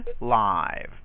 live